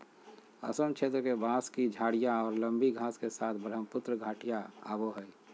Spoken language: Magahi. असम क्षेत्र के, बांस की झाडियाँ और लंबी घास के साथ ब्रहमपुत्र घाटियाँ आवो हइ